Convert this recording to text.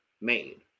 made